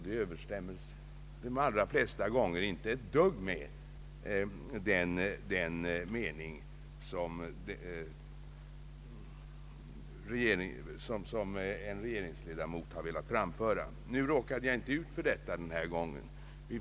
Den överensstämmer de allra flesta gånger inte ett dugg med den mening som regeringsledamoten velat framföra. Nu råkade jag inte ut för detta den här gången.